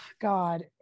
God